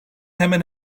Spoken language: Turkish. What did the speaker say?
hemen